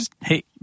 Hey